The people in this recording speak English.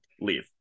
leave